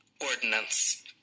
ordinance